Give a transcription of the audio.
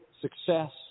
success